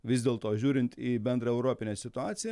vis dėlto žiūrint į bendrą europinę situaciją